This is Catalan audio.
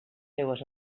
seues